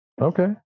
okay